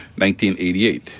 1988